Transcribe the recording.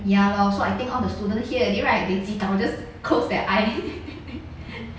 ya lor so I think all the student here already right they ji tao just close their eye